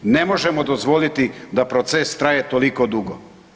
Ne možemo dozvoliti da proces traje toliko dugo.